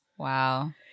Wow